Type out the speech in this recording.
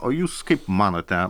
o jūs kaip manote